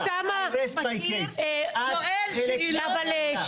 את חלק מהבעיה.